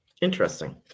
interesting